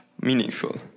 meaningful